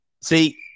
See